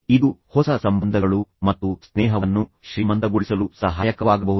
ಇದು ಹೊಸ ಸಂಬಂಧಗಳು ಮತ್ತು ಸ್ನೇಹವನ್ನು ಶ್ರೀಮಂತಗೊಳಿಸಲು ಮತ್ತು ಅಭಿವೃದ್ಧಿಪಡಿಸಲು ಸಹಾಯಕವಾಗಬಹುದು